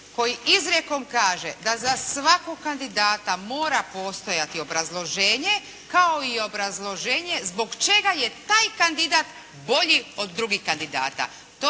koji izrijekom kaže da za svakog kandidata mora postojati obrazloženje kao i obrazloženje zbog čega je taj kandidat bolji od drugih kandidata.